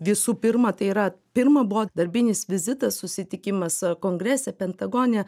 visų pirma tai yra pirma buvo darbinis vizitas susitikimas kongrese pentagone